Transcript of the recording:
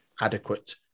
Adequate